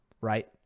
right